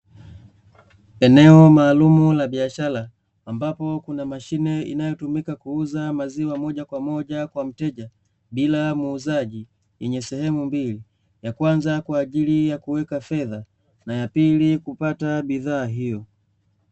Eneo maalumu la biashara ambapo kuna mashine inayotumika kuuza maziwa moja kwa moja kwa mteja bila muuzaji, yenye sehemu mbili ya kwanza kwa ajili ya kuweka fedha na ya pili kupata bidhaa hiyo.